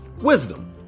Wisdom